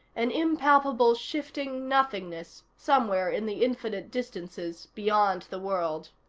an impalpable shifting nothingness somewhere in the infinite distances beyond the world.